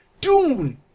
Dune